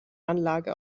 anlage